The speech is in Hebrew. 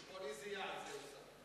על חשבון איזה יעד זה הושג?